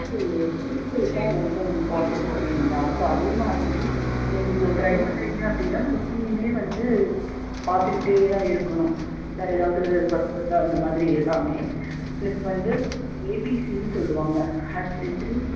first seat belt தான் ரொம்ப important ஓகேங்களா ஸோ அதே மாதிரி நீங்கள் இப்போ ட்ரைவ் பண்ணுறீங்க அப்படின்னா சுற்றியுமே வந்து பார்த்துக்கிட்டே தான் இருக்கணும் வேறு ஏதாவது பஸ் வருதா அந்த மாதிரி எல்லாமே ப்ளஸ் வந்து ஏபிசின்னு சொல்வாங்க ஆக்ஸிலேட்ரி